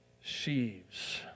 sheaves